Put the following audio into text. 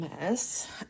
mess